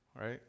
right